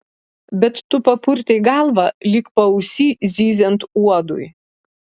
bet tu papurtei galvą lyg paausy zyziant uodui